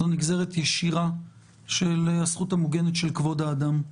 זאת נגזרת ישירה של הזכות המוגנת של כבוד האדם.